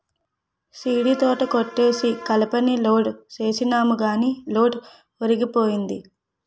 సీడీతోట కొట్టేసి కలపని లోడ్ సేసినాము గాని లోడు ఒరిగిపోయింది